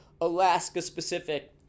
Alaska-specific